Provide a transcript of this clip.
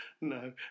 No